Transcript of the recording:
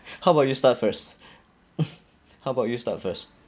how about you start first how about you start first